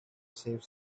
save